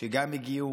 שגם הגיעו,